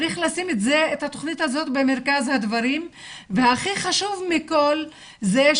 צריך לשים את התוכנית הזאת במרכז והכי חשוב מכל זה,